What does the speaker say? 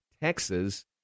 Texas